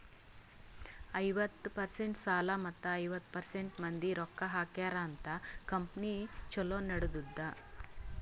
ಐವತ್ತ ಪರ್ಸೆಂಟ್ ಸಾಲ ಮತ್ತ ಐವತ್ತ ಪರ್ಸೆಂಟ್ ಮಂದಿ ರೊಕ್ಕಾ ಹಾಕ್ಯಾರ ಅಂತ್ ಕಂಪನಿ ಛಲೋ ನಡದ್ದುದ್